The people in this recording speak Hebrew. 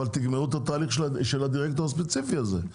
אבל תגמרו את התהליך של הדירקטור הספציפי הזה,